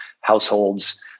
households